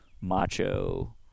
macho